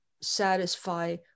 satisfy